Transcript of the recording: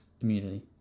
immunity